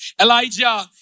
Elijah